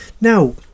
Now